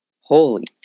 Holy